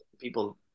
people